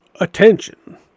Attention